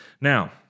Now